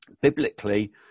Biblically